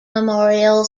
memorial